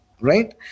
right